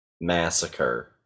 Massacre